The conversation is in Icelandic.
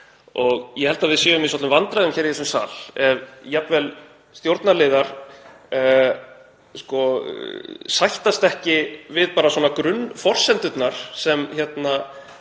Ég held að við séum í vandræðum hér í þessum sal ef jafnvel stjórnarliðar sættast ekki við bara grunnforsendurnar sem lagt